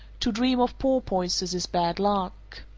to dream of porpoises is bad luck.